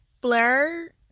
Blur